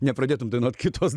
nepradėtum dainuoti kitos